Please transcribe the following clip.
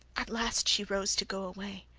at last she rose to go away,